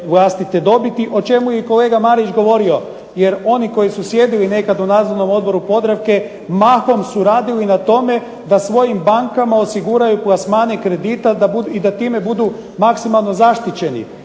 o čemu je i kolega Marić govorio. Jer oni koji su sjedili nekad u nadzornom odboru Podravke mahom su radili na tome da svojim bankama osiguraju plasmane kredita i da time budu maksimalno zaštićeni